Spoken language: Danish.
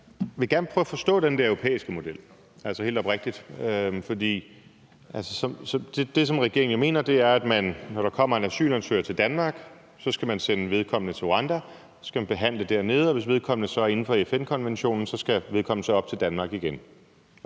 Jeg vil gerne prøve at forstå den der europæiske model, altså helt oprigtigt. For det, som regeringen jo mener, er, at når der kommer en asylansøger til Danmark, skal man sende vedkommende til Rwanda, så skal man behandle sagen dernede, og hvis vedkommende er inden for FN-konventionen, skal vedkommende så op til Danmark igen